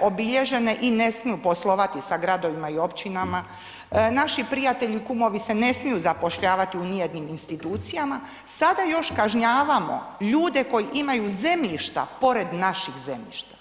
obilježene i ne smiju poslovati sa gradovima i općinama, naši prijatelji, kumovi se ne smiju zapošljavati u nijednim institucijama sada još kažnjavamo ljude koji imaju zemljišta pored naših zemljišta.